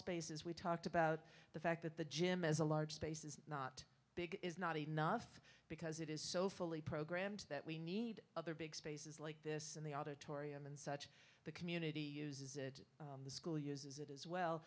spaces we talked about the fact that the gym is a large space is not big is not enough because it is so fully programmed that we need other big spaces like this in the auditorium and such the community uses it the school uses it as well